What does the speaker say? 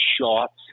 shots